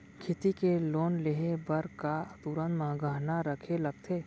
खेती के लोन लेहे बर का तुरंत गहना रखे लगथे?